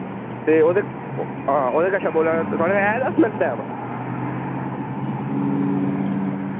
ते ओह्दे हां ओह्दे कशा बोल्ला ना थोआढ़े ऐ दस मैंट्ट टैम